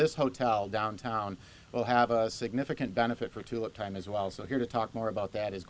this hotel downtown will have a significant benefit for to a time as well so here to talk more about that is